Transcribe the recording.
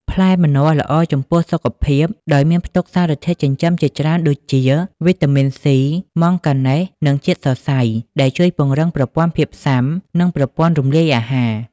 ផ្លែម្នាស់ល្អចំពោះសុខភាពដោយមានផ្ទុកសារធាតុចិញ្ចឹមជាច្រើនដូចជា វីតាមីនសុី ម៉ង់កាណែស និងជាតិសរសៃ ដែលជួយពង្រឹងប្រព័ន្ធភាពស៊ាំ និងប្រព័ន្ធរំលាយអាហារ។